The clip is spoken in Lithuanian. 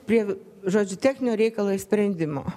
prie žodžių techninio reikalo ir sprendimo